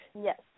Yes